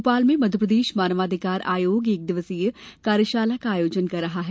भोपाल में मध्यप्रदेश मानव अधिकार आयोग ने एक दिवसीय कार्यशाला का आयोजन कर रहा है